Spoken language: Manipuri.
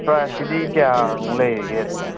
ꯄ꯭ꯔꯥꯏꯁꯁꯤꯗꯤ ꯀꯌꯥꯃꯨꯛ ꯂꯩꯔꯤꯒꯦ ꯑꯗꯨꯗ